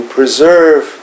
preserve